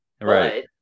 right